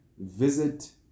visit